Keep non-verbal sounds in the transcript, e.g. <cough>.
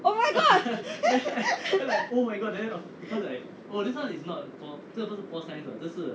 oh my god <laughs>